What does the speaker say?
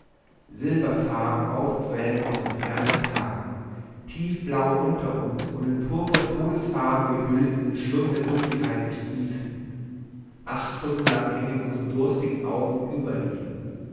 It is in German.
silberfarben aufquellend aus dem fernen tag tiefblau unter uns und in purpurtodesfarben gehüllt in den schlund der dunkelheit sich gießend acht stunden lang trinkt sie seinen wogenden purpur acht stunden lang hängen unsere durstigen augen über ihm